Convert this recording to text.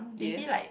yes